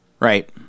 Right